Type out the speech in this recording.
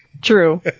True